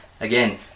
Again